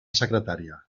secretària